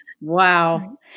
wow